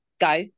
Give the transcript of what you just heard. go